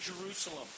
Jerusalem